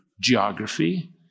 geography